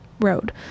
road